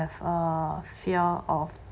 a fear of